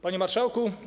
Panie Marszałku!